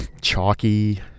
chalky